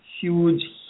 huge